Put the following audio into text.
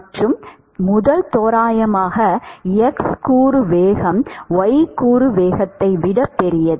மற்றும் முதல் தோராயமாக x கூறு வேகம் y கூறு வேகத்தை விட பெரியது